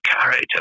character